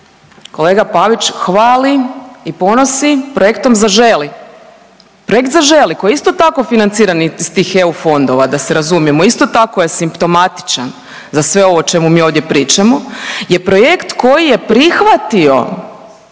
kolega Pavić hvali i ponosi projektom „Zaželi“, projekt „Zaželi“ koji je isto tako financiran iz tih EU fondova da se razumijemo, isto tako je simptomatičan za sve ovo o čemu mi ovdje pričamo, je projekt koji je prihvatio